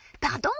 Pardon